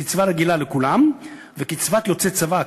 קצבה רגילה לכולם וקצבת יוצא צבא,